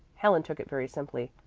helen took it very simply.